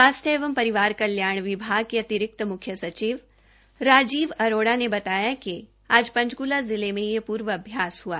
स्वास्थ्य व परिवार कल्याण विभाग के अतिरिक्त मुख्य सचिव राजीव अरोड़ा ने बताया कि आज पंचकूला जिले में यह पूर्वाभ्यास हुआ